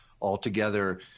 altogether